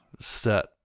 set